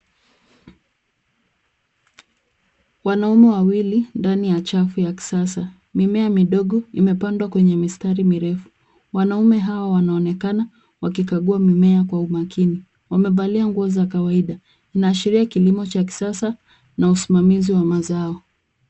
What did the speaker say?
Wanaume wawili ndani ya shafu ya kisasa . Mimea midogo imepandwa kwenye mistari mirefu . Wanaume hawa wanaonekana wakikagua mimea kwa umakini . Wakevalia nguo za kawaida . Inaashiria kilimo cha kisasa na usimamizi wa mazao.